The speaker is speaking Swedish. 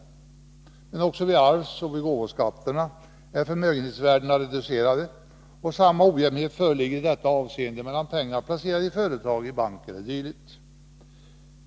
Också när det gäller arvsoch gåvoskatterna är förmögenhetsvärdena reducerade, och samma ojämlikhet föreligger i detta avseende mellan pengar placerade i företag eller i bank o.d.